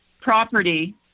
property